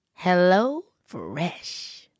HelloFresh